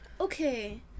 Okay